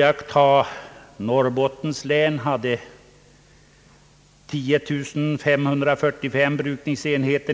lagts ned. Norrbottens län hade år 1964 10545 brukningsenheter.